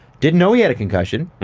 didn't know he had a concussion,